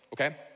okay